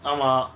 ஆமா:aama